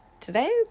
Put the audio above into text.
Today